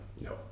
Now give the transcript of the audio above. no